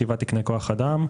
שבעה תקני כוח אדם.